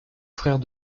frère